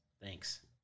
Thanks